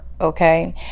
Okay